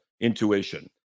intuition